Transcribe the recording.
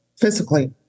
physically